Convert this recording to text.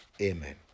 Amen